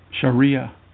Sharia